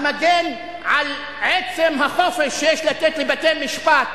מגן על עצם החופש שיש לתת לבתי-המשפט.